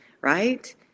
right